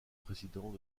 président